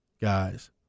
guys